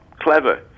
clever